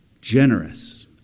generous